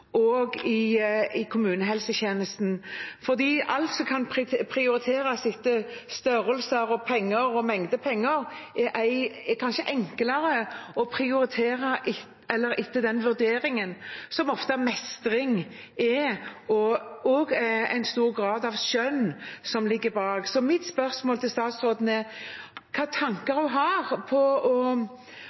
i sykehus og i kommunehelsetjenesten. For alt som kan prioriteres etter størrelser og mengde penger, er kanskje enklere å prioritere enn mestring, med den vurderingen med stor grad av skjønn som ofte ligger bak. Så mitt spørsmål til statsråden er: Hvilke tanker har hun om å implementere også mestring på